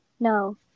No